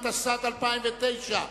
התשס"ט 2009,